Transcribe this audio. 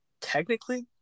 technically